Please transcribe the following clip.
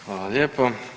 Hvala lijepo.